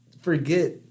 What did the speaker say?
forget